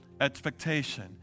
expectation